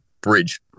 bridge